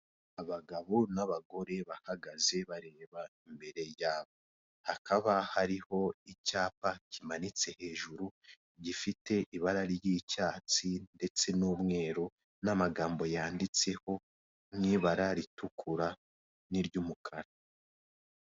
Abagabo n'abagore bahagaze bareba imbere yabo, hakaba hariho icyapa kimanitse hejuru gifite ibara ry'icyatsi ndetse n'umweru n'amagambo yanditseho mu ibara ritukura n'iry'umukara.